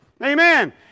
Amen